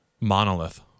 monolith